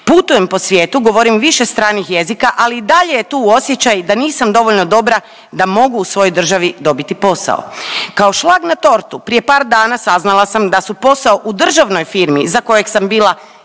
putujem po svijetu, govorim više stranih jezika ali i dalje je tu osjećaj da nisam dovoljno dobra da mogu u svojoj državi dobiti posao. Kao šlag na tortu prije par dana saznala sam da su posao u državnoj firmi za kojeg sam bila